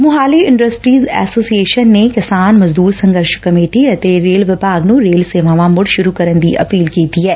Mohali industries association ਨੇ ਕਿਸਾਨ ਮਜ਼ਦੂਰ ਸੰਘਰਸ਼ ਕਮੇਟੀ ਅਤੇ ਰੇਲ ਵਿਭਾਗ ਨੂੰ ਰੇਲ ਸੇਵਾਵਾਂ ਮੁੜ ਸੁਰੂ ਕਰਨ ਦੀ ਅਪੀਲ ਕੀਤੀ ਐ